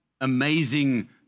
amazing